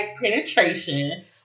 penetration